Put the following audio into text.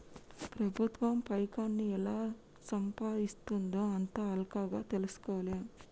ప్రభుత్వం పైకాన్ని ఎలా సంపాయిస్తుందో అంత అల్కగ తెల్సుకోలేం